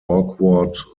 awkward